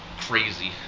crazy